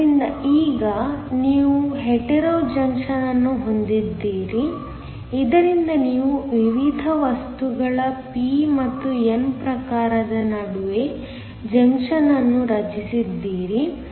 ಆದ್ದರಿಂದ ಈಗ ನೀವು ಹೆಟೆರೊ ಜಂಕ್ಷನ್ ಅನ್ನು ಹೊಂದಿದ್ದೀರಿ ಇದರಿಂದ ನೀವು ವಿವಿಧ ವಸ್ತುಗಳ p ಮತ್ತು n ಪ್ರಕಾರದ ನಡುವೆ ಜಂಕ್ಷನ್ ಅನ್ನು ರಚಿಸಿದ್ದೀರಿ